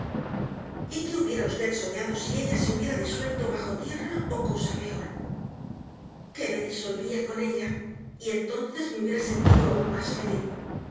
qué hubiera usted soñado si ella se hubiera disuelto bajo tierra o cosa peor que me disolvía con ella y entonces me hubiera sentido aún más feliz